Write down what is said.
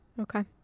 Okay